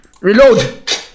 Reload